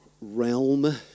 realm